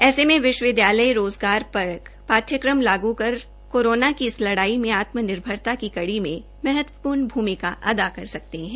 ऐसे में विश्वविद्यालय रोज़गार परक पाठ्यक्रम लागू कर कोरोना की इस लड़ाई में आत्मनिर्भरता की कड़ी में महत्पूर्ण भूमिका अदा कर सकते है